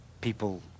people